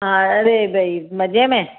हा अरे भई मज़े में